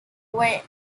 were